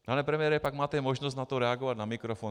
Pane premiére, pak máte možnost na to reagovat na mikrofon.